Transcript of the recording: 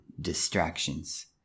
distractions